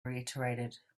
reiterated